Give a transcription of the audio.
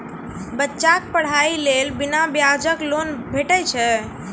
बच्चाक पढ़ाईक लेल बिना ब्याजक लोन भेटै छै?